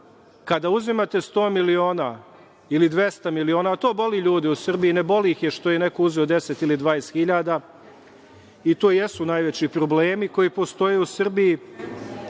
uzimate 100 miliona ili 200 miliona, to boli ljude u Srbiji, ne boli ih što je neko uzeo 10 ili 20 hiljada, i to jesu najveći problemi koji postoje u Srbiji,